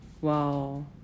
wow